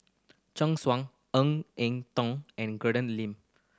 Chen Sucheng Ng Eng Teng and Lin